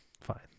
Fine